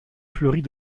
fleurit